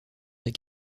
des